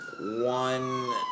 one